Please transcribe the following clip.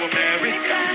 America